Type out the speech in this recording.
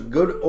Good